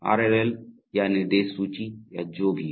RLL या निर्देश सूची या जो भी हो